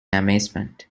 amazement